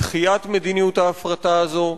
דחיית מדיניות ההפרטה הזאת,